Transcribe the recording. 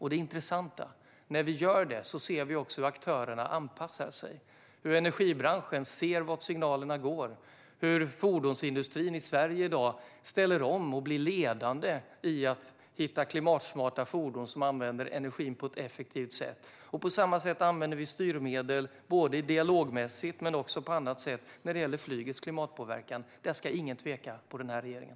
Det intressanta är att när vi gör detta ser vi också hur aktörerna anpassar sig. Energibranschen ser vart signalerna går. Fordonsindustrin i Sverige ställer i dag om och blir ledande i att hitta klimatsmarta fordon som använder energin på ett effektivt sätt. På samma sätt använder vi styrmedel dialogmässigt och på annat sätt när det gäller flygets klimatpåverkan. Där ska ingen tvivla på den här regeringen.